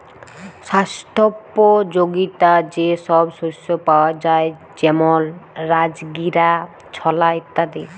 স্বাস্থ্যপ যগীতা যে সব শস্য পাওয়া যায় যেমল রাজগীরা, ছলা ইত্যাদি